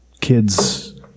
kids